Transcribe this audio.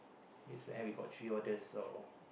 eh we got three orders so